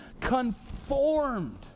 conformed